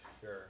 Sure